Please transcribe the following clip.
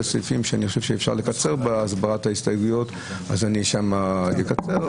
וסעיפים שאני חושב שאפשר לקצר בהסברת ההסתייגויות אני שם אקצר.